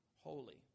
holy